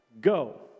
go